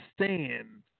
understand